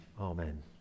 Amen